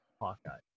Hawkeye